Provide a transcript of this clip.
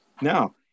Now